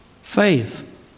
Faith